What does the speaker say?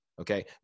Okay